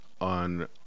on